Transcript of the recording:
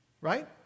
right